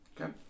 Okay